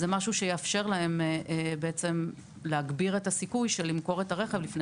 זה משהו שיאפשר להם להגביר את הסיכוי למכור את הרכב לפני